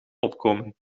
opkomen